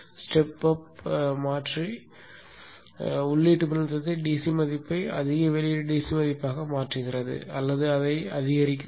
step up மாற்றி உள்ளீட்டு மின்னழுத்த DC மதிப்பை அதிக வெளியீட்டு DC மதிப்பாக மாற்றுகிறது அல்லது அதை அதிகரிக்கிறது